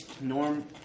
Norm